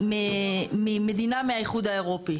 ממדינה מהאיחוד האירופי.